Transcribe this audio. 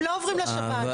הם לא עוברים לשב"ן.